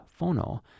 Phono